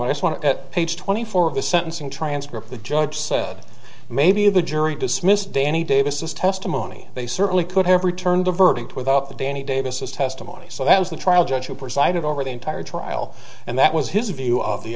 is one page twenty four of the sentencing transcript the judge said maybe the jury dismissed danny davis is testimony they certainly could have returned a verdict without the danny davis testimony so that was the trial judge who presided over the entire trial and that was his view of the